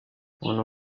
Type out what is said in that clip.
umuntu